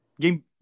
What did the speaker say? Game